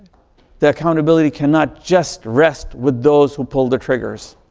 the accountability cannot just rest with those who pulled the triggers.